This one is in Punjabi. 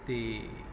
ਅਤੇ